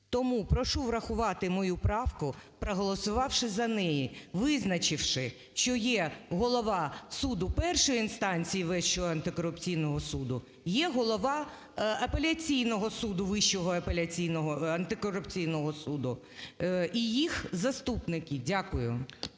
Тому прошу врахувати мою правку, проголосувавши за неї, визначивши, що є Голова суду першої інстанції Вищого антикорупційного суду, є Голова Апеляційного суду Вищого антикорупційного суду і їх заступники. Дякую.